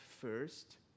first